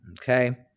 okay